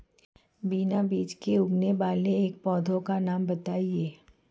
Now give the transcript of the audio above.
बिना बीज के उगने वाले एक पौधे का नाम बताइए